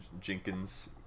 Jenkins